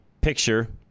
picture